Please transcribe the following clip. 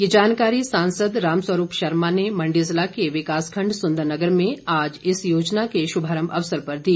ये जानकारी सांसद रामस्वरूप शर्मा ने मंडी जिला के विकास खंड सुंदरनगर में आज इस योजना के शुभारंभ अवसर पर दी